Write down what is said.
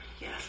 yes